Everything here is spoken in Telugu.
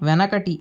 వెనకటి